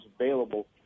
available